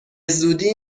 زودی